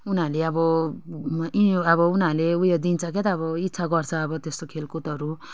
उनीहरूले अब इयो अब उनीहरूले उयो दिन्छ के त अब इच्छा गर्छ अब त्यस्तो खेलकुदहरू